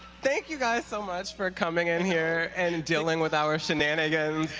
thank you guys so much for coming in here and dealing with our shenanigans and